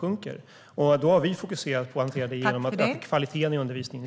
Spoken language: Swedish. Vi har fokuserat på att hantera det genom att öka kvaliteten i undervisningen.